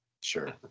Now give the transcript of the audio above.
sure